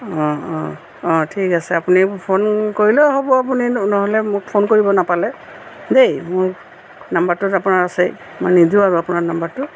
অঁ অঁ অঁ ঠিক আছে আপুনি ফোন কৰিলেও হ'ব আপুনি নহ'লে মোক ফোন কৰিব নাপালে দেই মোৰ নম্বৰটো আপোনাৰ আছেই মই নিদোঁ আৰু আপোনাৰ নম্বৰটো